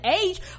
age